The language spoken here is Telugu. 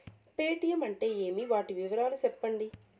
పేటీయం అంటే ఏమి, వాటి వివరాలు సెప్పండి?